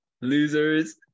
losers